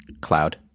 cloud